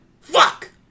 fuck